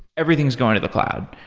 everything is going to the cloud.